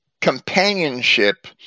companionship